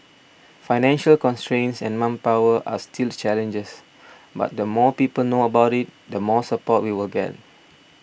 financial constraints and manpower are still challenges but the more people know about it the more support we will get